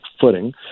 footing